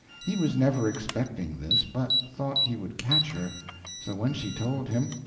he was never expecting this but thought he would catch her so when she told him,